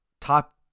top